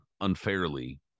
unfairly